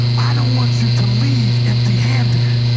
i don't want you to leave empty-handed.